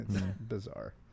bizarre